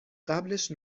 قبلش